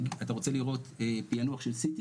אתה רוצה לראות פיענוח של CT?